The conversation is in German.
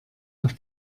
auf